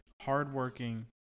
hardworking